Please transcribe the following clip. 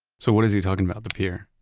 so what is he talking about, the pier?